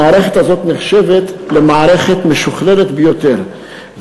המערכת הזאת נחשבת למערכת משוכללת ביותר,